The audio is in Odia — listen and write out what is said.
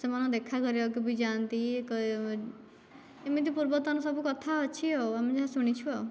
ସେମାନଙ୍କୁ ଦେଖା କରିବାକୁ ବି ଯାଆନ୍ତି ଏମିତି ପୂର୍ବତନ ସବୁ କଥା ଅଛି ଆଉ ଆମେ ଯାହା ଶୁଣିଛୁ ଆଉ